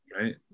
right